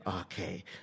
Okay